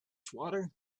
swatter